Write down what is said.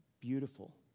beautiful